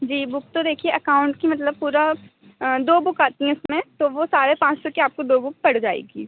जी book तो देखिए account की मतलब पूरा दो बुक आती हैं उसमें तो वो साढ़े पाँच सौ की आपको दो बुक पड़ जाएगी